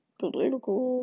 political